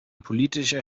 politischer